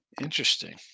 Interesting